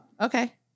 okay